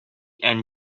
and